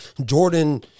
Jordan